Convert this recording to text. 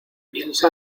piensa